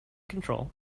control